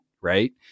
right